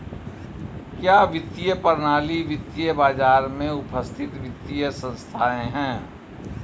क्या वित्तीय प्रणाली वित्तीय बाजार में उपस्थित वित्तीय संस्थाएं है?